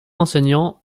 enseignants